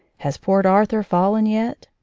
has port arthur fallen yet?